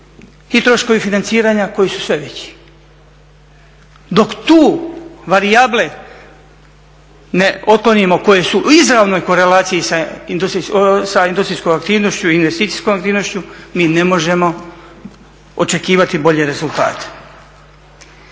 i troškovi financiranja koji su sve veći. Dok tu varijable ne otklonimo koje su u izravnoj korelaciji sa industrijskom aktivnošću i investicijskom aktivnošću mi ne možemo očekivati bolje rezultate.